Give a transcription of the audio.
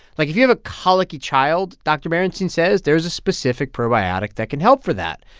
like, if you have a colicky child, dr. merenstein says there's a specific probiotic that can help for that.